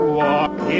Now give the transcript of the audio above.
walk